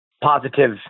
Positive